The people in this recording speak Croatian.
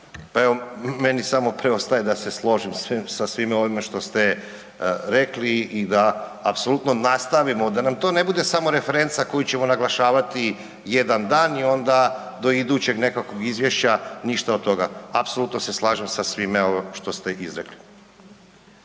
Pa evo meni samo preostaje da se složim sa svime ovime što ste rekli i da apsolutno nastavimo, da nam to ne bude samo referenca koju ćemo naglašavati jedan dan i onda do idućeg nekakvog izvješća ništa od toga. Apsolutno se slažem sa svime što ste izrekli.